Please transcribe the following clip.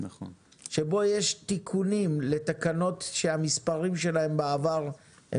שבו יש תיקונים לתקנות שהמספרים שלהם בעבר הם